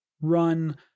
run